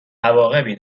عواقبی